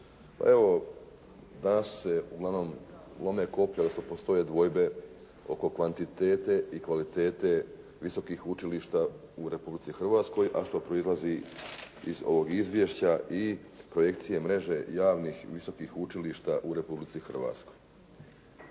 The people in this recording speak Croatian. Evo, danas se uglavnom lome koplja, odnosno postoje dvojbe oko kvantitete i kvalitete visokih učilišta u Republici Hrvatskoj, a što proizlazi iz ovog izvješća i korekcije mreže javnih i visokih učilišta u Republici Hrvatskoj.